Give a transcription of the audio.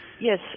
Yes